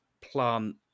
plant